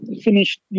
finished